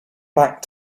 back